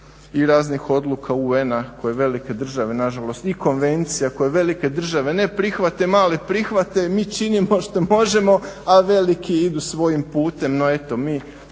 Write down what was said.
i raznih odluka UN-a koje velike države nažalost i konvencija koju velike države ne prihvate male prihvate, mi činimo što možemo, a veliki idu svojim putem. No eto mi